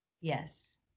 Yes